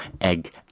egg